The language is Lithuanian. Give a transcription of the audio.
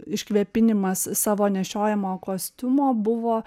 iškvėpinimas savo nešiojamo kostiumo buvo